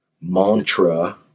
mantra